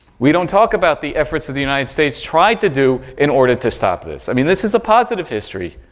we don't talk about the efforts that the united states tried to do in order to stop this. i mean, this is a positive history,